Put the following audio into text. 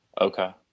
Okay